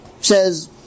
says